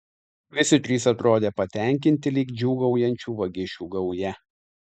visi trys atrodė patenkinti lyg džiūgaujančių vagišių gauja